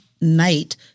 night